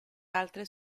altre